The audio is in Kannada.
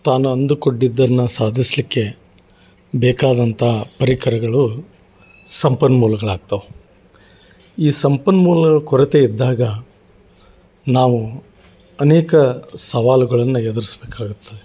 ತಾನು ಅಂದುಕೊಂಡಿದ್ದನ್ನು ಸಾಧಿಸ್ಲಿಕ್ಕೆ ಬೇಕಾದಂಥ ಪರಿಕರಗಳು ಸಂಪನ್ಮೂಲಗಳಾಗ್ತವ ಈ ಸಂಪನ್ಮೂಲದ ಕೊರತೆ ಇದ್ದಾಗ ನಾವು ಅನೇಕ ಸವಾಲುಗಳನ್ನು ಎದುರ್ಸ್ಬೇಕಾಗುತ್ತೆ